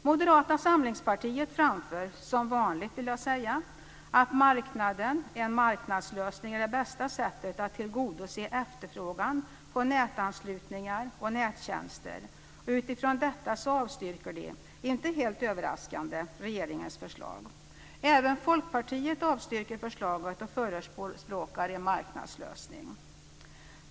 Moderata samlingspartiet framför - som vanligt, vill jag säga - att en marknadslösning är det bästa sättet att tillgodose efterfrågan på nätanslutningar och nättjänster. Utifrån detta avstyrker de inte helt överraskande regeringens förslag. Även Folkpartiet avstyrker förslaget och förespråkar en marknadslösning.